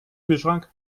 kühlschrank